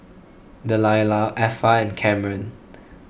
Delila Effa and Kamren